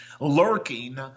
lurking